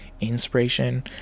inspiration